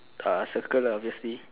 uh circle lah obviously